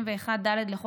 חבריי חברי הכנסת,